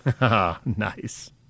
Nice